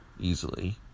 easily